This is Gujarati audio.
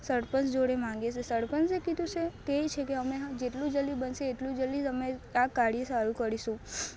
સરપંચ જોડે માંગીએ છીએ સરપંચે કીધું છે કહે છે કે અમે જેટલું જલ્દી બનશે એટલું જલ્દી તમે આ કાર્ય સારું કરીશું